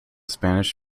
spanish